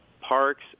parks